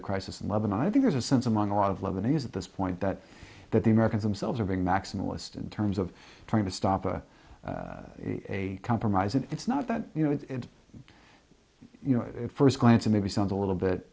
the crisis in lebanon i think there's a sense among a lot of lebanese at this point that that the americans themselves are being maximalist in terms of trying to stop a a compromise and it's not that you know it's you know it first glance maybe sounds a little bit